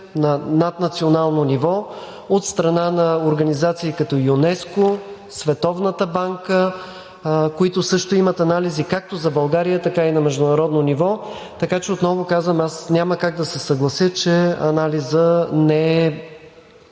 на наднационално ниво от страна на организации като ЮНЕСКО, Световната банка, които също имат анализи както за България, така и на международно ниво. Така че отново казвам: няма как да се съглася, че анализът не